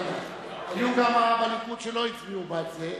היו כמה בליכוד שלא הצביעו בעד זה.